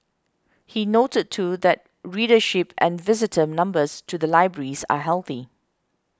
he noted too that readership and visitor numbers to the libraries are healthy